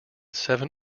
seven